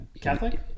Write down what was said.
Catholic